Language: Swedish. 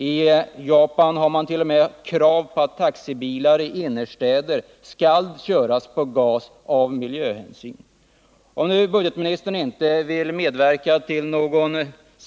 I Japan har man av miljöhänsyn t.o.m. krav på att taxibilar i innerstäderna skall köras på gas. Om nu inte budgetministern vill medverka till någon.